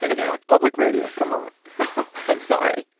and now! public radio. come on sorry